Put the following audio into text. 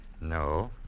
No